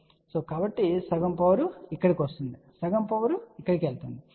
కాబట్టి సగం పవర్ ఇక్కడ వస్తుంది సగం పవర్ ఇక్కడ వస్తుంది